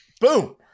Boom